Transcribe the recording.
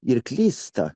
ir klysta